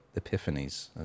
Epiphanies